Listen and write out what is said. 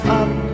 up